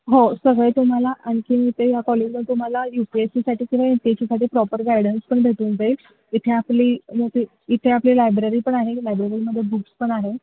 हो सगळे तुम्हाला आणखी इथे या कॉलेजमध्ये तुम्हाला यू पी एस सी साठी किंवा एम पी एस सी साठी प्रॉपर गायडन्स पण भेटून जाईल इथे आपली मोठी इथे आपली लायब्ररी पण आहे लायब्ररीमध्ये बुक्स पण आहे